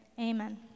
Amen